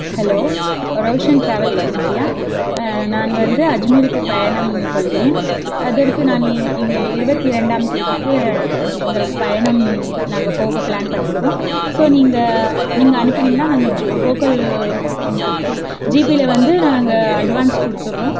hello Roshan travel ஏஜென்சியா நான் வந்து அஜ்மீருக்கு பயணம் கொள்கிறேன் அதற்கு நான் இங்கே இருபத்தி ரெண்டாம் தேதிக்கு எங்களுக்கு பயணம் நாங்கள் போக பிளான் பண்ணியிருக்கோம் ஸோ நீங்கள் நீங்கள் அனுப்பினீங்கன்னா நாங்கள் ஜோ கோகல் ஜிபேயில் வந்து நாங்கள் அட்வான்ஸ் கொடுத்துடுறோம்